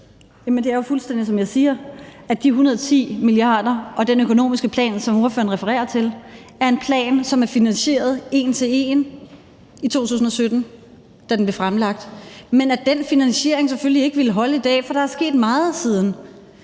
det er jo fuldstændig, som jeg siger, altså at de 110 mia. kr. og den økonomiske plan, som ordføreren refererer til, er en plan, som er finansieret en til en i 2017, da den blev fremlagt, men at den finansiering selvfølgelig ikke ville holde i dag, fordi der er sket meget siden